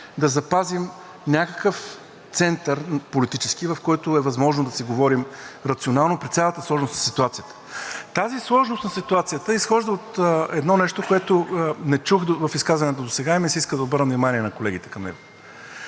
да запазим някакъв политически център, в който е възможно да си говорим рационално при цялата сложност на ситуацията. Тази сложност на ситуацията изхожда от едно нещо, което не чух в изказванията досега и ми се иска да обърна внимание на колегите в момента